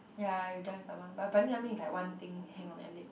ya you dive with someone but bungee jumping is like one thing hang on your leg